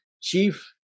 Chief